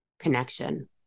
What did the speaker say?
Connection